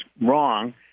wrong